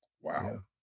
Wow